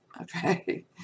okay